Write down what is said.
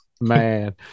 Man